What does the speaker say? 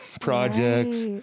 projects